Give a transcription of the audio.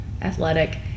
athletic